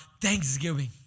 Thanksgiving